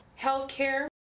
Healthcare